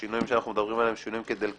השינויים שאנחנו מדברים עליהם הם שינויים כדלקמן: